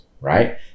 Right